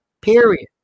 Period